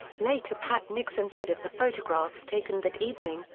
later pat nixon said of the photographs taken that evening,